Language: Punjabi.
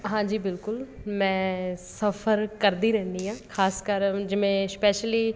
ਹਾਂਜੀ ਬਿਲਕੁਲ ਮੈਂ ਸਫ਼ਰ ਕਰਦੀ ਰਹਿੰਦੀ ਹਾਂ ਖਾਸ ਕਰ ਹੁਣ ਜਿਵੇਂ ਸਪੈਸ਼ਲੀ